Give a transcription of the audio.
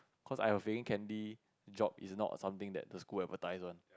cause I have a feeling Candy job is not something that the school advertise one